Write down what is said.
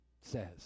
says